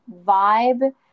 vibe